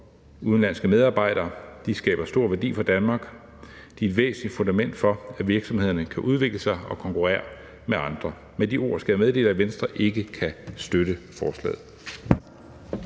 udenlandske medarbejdere, for de skaber stor værdi for Danmark, og de er et væsentligt fundament for, at virksomhederne kan udvikle sig og konkurrere med andre. Med de ord skal jeg meddele, at Venstre ikke kan støtte forslaget.